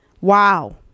wow